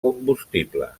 combustible